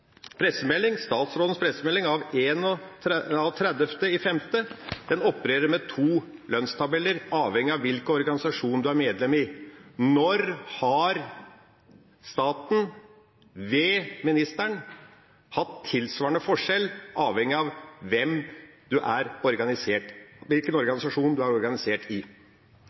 pressemelding av 30. mai opererer med to lønnstabeller, avhengig av hvilken organisasjon en er medlem i. Når har staten, ved ministeren, hatt tilsvarende forskjell avhengig av hvilken organisasjon en er organisert i?